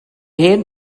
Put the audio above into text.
hen